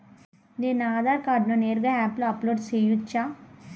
నేను నా ఆధార్ కార్డును నేరుగా యాప్ లో అప్లోడ్ సేయొచ్చా?